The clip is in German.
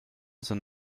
sind